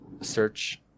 search